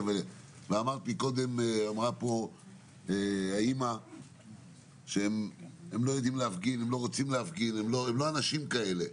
אמרה הגברת חברוני מקודם שהם לא יודעים להפגין והם לא אנשים כאלה,